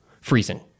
freezing